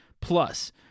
Plus